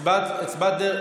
הצבעת דרך